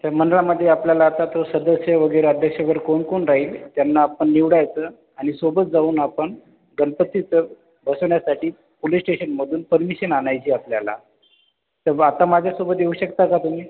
तर मंडळामध्ये आपल्याला आता तर सदस्य वगैरे अध्यक्ष वर कोण कोण राहील त्यांना आपण निवडायचं आणि सोबत जाऊन आपण गणपतीचं बसवण्यासाठी पोलीस स्टेशनमधून परमिशन आणायची आपल्याला तर बुवा आता माझ्यासोबत येऊ शकता का तुम्ही